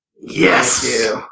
Yes